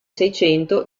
seicento